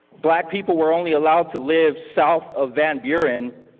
black people were only allowed to live south of van buren.